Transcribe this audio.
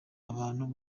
abantu